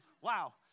Wow